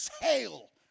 hail